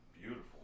beautiful